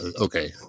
okay